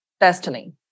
destiny